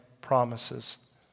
promises